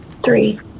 Three